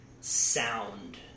sound